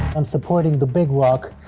i'm supporting the big rock,